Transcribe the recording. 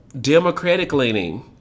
Democratic-leaning